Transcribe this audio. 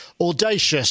audacious